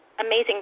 amazing